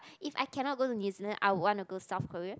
if I cannot go to New-Zealand I would wanna go South Korea